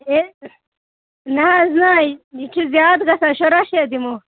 ہَے نہَ حظ نہَ یہِ چھِ زیادٕ گژھان شُراہ شَتھ دِمو